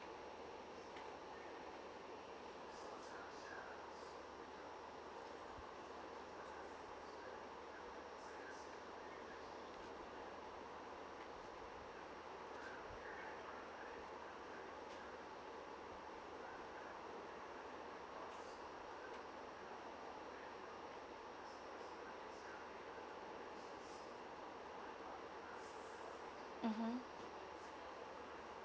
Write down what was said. mmhmm